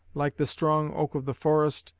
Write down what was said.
like the strong oak of the forest,